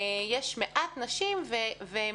יש מעט נשים בעמדות ניהול בכירות,